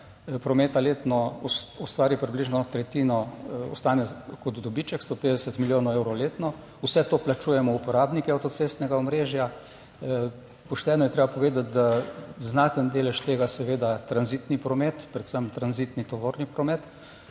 prometa letno ustvari približno tretjino, kar ostane kot dobiček 150 milijonov evrov letno. Vse to plačujemo uporabniki avtocestnega omrežja. Pošteno je treba povedati, da je znaten delež tega seveda tranzitni promet, predvsem tranzitni tovorni promet,